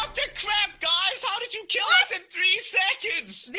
the crap guys? how did you kill us in three seconds